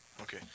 Okay